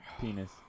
penis